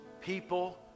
people